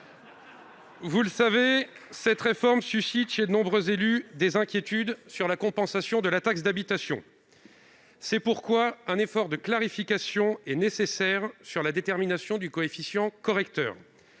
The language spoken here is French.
Vous le savez, cette réforme suscite chez de nombreux élus des inquiétudes sur la compensation de la taxe d'habitation. C'est pourquoi un effort de clarification est nécessaire sur la détermination du coefficient correcteur.